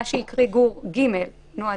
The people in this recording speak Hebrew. מה שהקריא גור (ג).